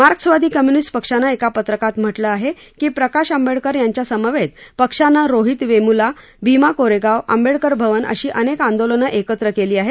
मार्क्सवादी कम्युनिस्ट पक्षाने एका पत्रकात म्हटलं आहे की प्रकाश आंबेडकर यांच्या समवेत पक्षानं रोहित वेम्ल्ला भीमा कोरेगाव आंबेडकर अवन अशी अनेक आंदोलने एकत्र केली आहेत